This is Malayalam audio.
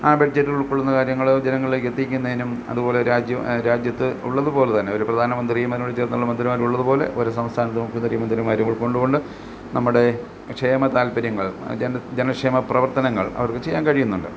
ആ ബഡ്ജറ്റിൽ ഉൾകൊള്ളുന്ന കാര്യങ്ങൾ ജനങ്ങളിലേക്ക് എത്തിക്കുന്നതിനും അതുപോലെ രാജ്യം രാജ്യത്ത് ഉള്ളതുപോലെ തന്നെ ഒരു പ്രധാനമന്ത്രിയും അതിനോട് ചേർന്നുള്ള മന്ത്രിമാരും ഉള്ളതുപോലെ ഒരു സംസ്ഥാനത്തെ മന്ത്രിമാരും ഉൾക്കൊണ്ടു കൊണ്ട് നമ്മടെ ക്ഷേമ താല്പര്യങ്ങൾ ജനക്ഷേമ പ്രവർത്തനങ്ങൾ അവർക്ക് ചെയ്യാൻ കഴിയുന്നുണ്ട്